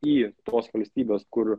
į tos valstybės kur